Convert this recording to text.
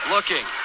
Looking